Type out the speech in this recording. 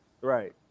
Right